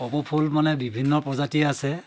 কপৌফুল মানে বিভিন্ন প্ৰজাতিয়ে আছে